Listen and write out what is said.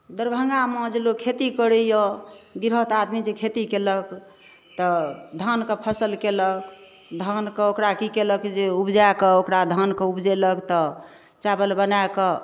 दरभंगामे जे लोक खेती करैय गिरहत आदमी जे खेती कयलक तऽ धानके फसल कयलक धानके ओकरा की कयलक जे उपजाकऽ ओकरा धानके उपजेलक तऽ चावल बनाकऽ